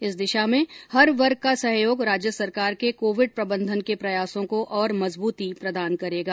इस दिशा में हर वर्ग का सहयोग राज्य सरकार के कोविड प्रबंधन के प्रयासों को और मजबूती प्रदान करेगा